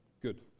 good